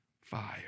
fire